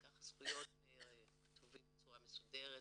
כך הזכויות כתובות בצורה מסודרת,